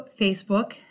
Facebook